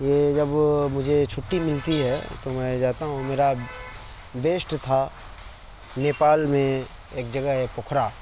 یہ جب مجھے چھٹی ملتی ہے تو میں جاتا ہوں میرا بیسٹ تھا نیپال میں ایک جگہ ہے پوکھرا